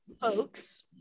folks